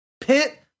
Pit